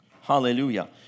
Hallelujah